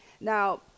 Now